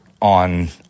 on